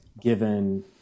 given